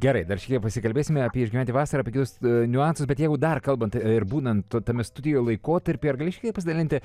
gerai dar šiek tiek pasikalbėsime apie išgyventi vasarą apie kitus niuansus bet jeigu dar kalbant ir būnant tame studijų laikotarpyje ar gali šiek tiek pasidalinti